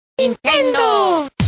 Nintendo